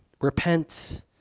Repent